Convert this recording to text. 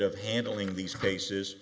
of handling these cases